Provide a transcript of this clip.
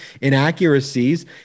inaccuracies